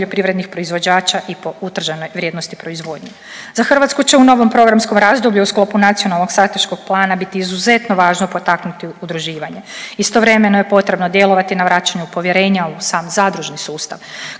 poljoprivrednih proizvođača i po utrženoj vrijednosti proizvodnje. Za Hrvatsku će u novom programskom razdoblju u sklopu Nacionalnog strateškog plana biti izuzetno važno potaknuti udruživanje. Istovremeno je potrebno djelovati na vraćanju povjerenja u sam zadružni sustav